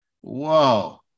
whoa